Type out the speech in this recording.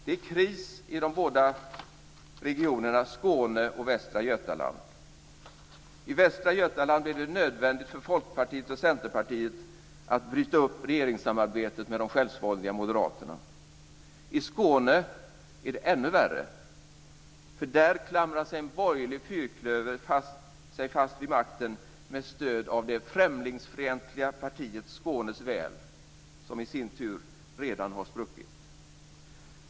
Det är kris i de båda regionerna Skåne och Västra Götaland. I Västra Götaland blev det nödvändigt för Folkpartiet och Centerpartiet att bryta upp regeringssamarbetet med de självsvåldiga moderaterna. I Skåne är det ännu värre. Där klamrar sig en borgerlig fyrklöver fast vid makten med stöd av det främlingsfientliga partiet Skånes väl, som i sin tur redan har spruckit.